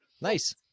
Nice